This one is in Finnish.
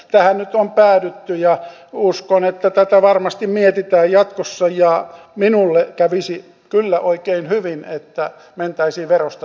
tähän nyt on päädytty ja uskon että tätä varmasti mietitään jatkossa ja minulle kävisi kyllä oikein hyvin että mentäisiin verosta tehtävään vähennykseen